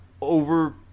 over